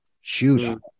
shoot